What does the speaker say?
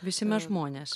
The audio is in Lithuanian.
visi mes žmonės